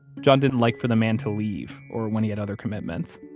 john didn't like for the man to leave or when he had other commitments.